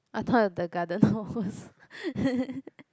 I thought the garderner hose